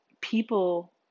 people